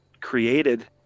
created